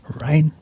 Right